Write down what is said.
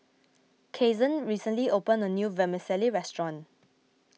Cason recently opened a new Vermicelli restaurant